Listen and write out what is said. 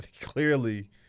Clearly